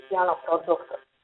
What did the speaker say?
pieno produktus